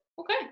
okay